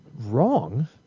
wrong